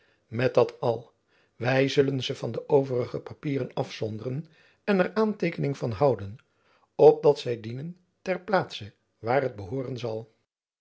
met dat al wy zullen ze van de overige papieren afzonderen en er aanteekening van houden opdat zy dienen ter plaatse waar het behooren zal